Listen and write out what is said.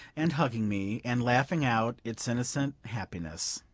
and hugging me, and laughing out its innocent happiness